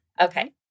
Okay